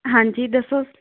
ਹਾਂਜੀ ਦੱਸੋ